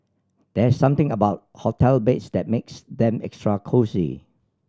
there's something about hotel beds that makes them extra cosy